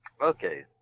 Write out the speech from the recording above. Okay